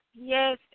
Yes